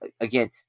again